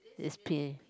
it's pin